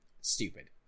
stupid